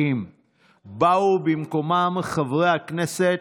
באו במקומם חברי הכנסת,